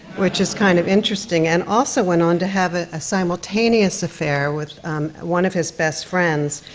which is kind of interesting, and also went on to have a simultaneous affair with one of his best friends,